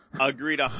Agreed